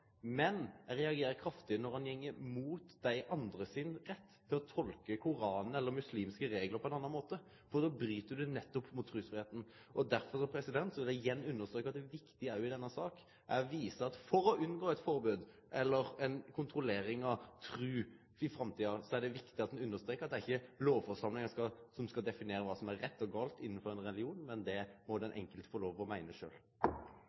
men eg reagerer kraftig når han går imot andre sin rett til å tolke Koranen eller muslimske reglar på ein annan måte, for då bryt ein nettopp med trusfridomen. Derfor vil eg igjen understreke at det viktige i denne saka er å vise at for å unngå eit forbod, eller ei kontrollering av tru, i framtida, må ein understreke at det ikkje er lovforsamlinga som skal definere kva som er rett og gale innanfor ein religion, det må den enkelte få lov å meine